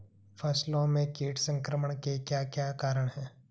फसलों में कीट संक्रमण के क्या क्या कारण है?